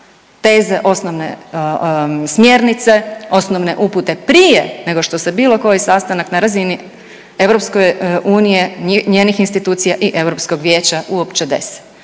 teze, osnovne smjernice, osnovne upute prije nego što se bilo koji sastanak na razini EU, njenih institucija i EV-a uopće dese.